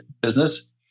business